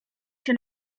się